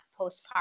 postpartum